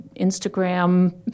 Instagram